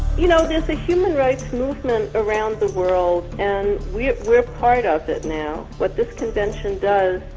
you know there's a human rights movement around the world and we're we're part of it now. what this convention does,